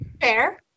Fair